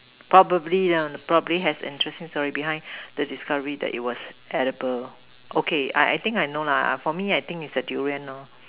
probably probably has an interesting story behind the discovery that it was edible okay I I think I know lah for me I think is the Durian